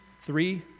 three